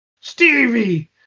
Stevie